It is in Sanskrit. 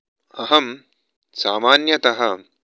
अहं सामान्यतः